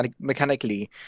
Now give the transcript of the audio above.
mechanically